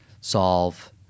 solve